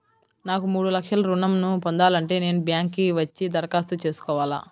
నాకు మూడు లక్షలు ఋణం ను పొందాలంటే నేను బ్యాంక్కి వచ్చి దరఖాస్తు చేసుకోవాలా?